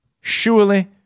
Surely